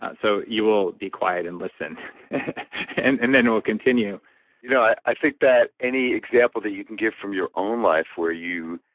ah so you will be quiet and listen and and then it will continue yeah i think that any example that you can give from your own life where you